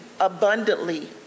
abundantly